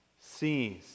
sees